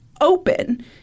open